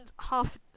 half